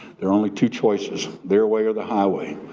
there are only two choices. their way or the highway.